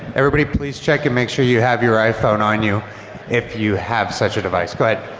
everybody please check and make sure you have your iphone on you if you have such a device. but